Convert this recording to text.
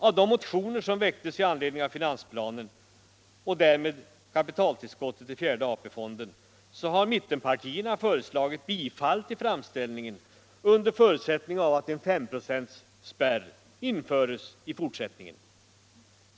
I de motioner som väcktes i anledning av finansplanen — och därmed kapitaltillskottet till fjärde AP-fonden — har mittenpartierna föreslagit bifall till framställningen under förutsättning av att en S-procentsspärr införes i fortsättningen.